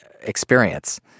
experience